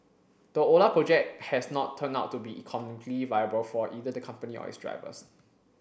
the Ola project has not turned out to be economically viable for either the company or its drivers